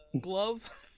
glove